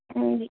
ਹਾਂਜੀ